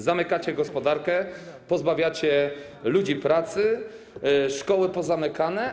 Zamykacie gospodarkę, pozbawiacie ludzi pracy, szkoły są pozamykane.